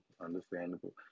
Understandable